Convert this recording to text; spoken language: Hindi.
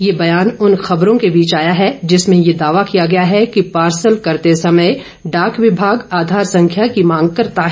यह बयान उन खबरों के बीच आया है जिसमें यह दावा किया गया है कि पार्सल करते समय डाक विभाग आधार संख्या की मांग करता है